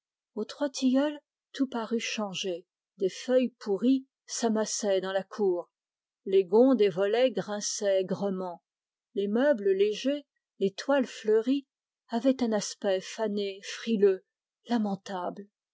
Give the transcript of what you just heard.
déception aux trois tilleuls des feuilles pourries s'amassaient dans la cour les gonds des volets grinçaient aigrement les meubles légers les toiles fleuries avaient un aspect fané frileux lamentable